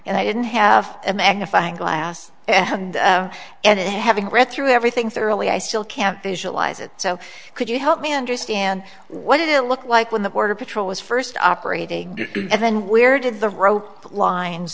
and i didn't have a magnifying glass and and having read through everything thoroughly i still can't visualize it so could you help me understand what it looked like when the border patrol was first operating and then where did the rope